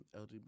LGBT